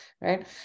right